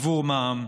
עבור מע"מ.